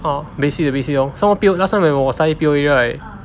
uh basic the basic lor somemore P~ last time when 我 study P_O_A right